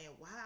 wow